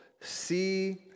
see